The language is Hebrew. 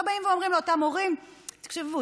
טעכשיו באים ואומרים לאותם הורים: תקשיבו,